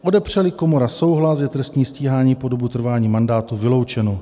Odepřeli komora souhlas, je trestní stíhání po dobu trvání mandátu vyloučeno.